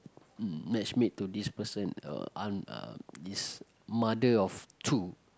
mm match made to this person uh aunt uh this mother of two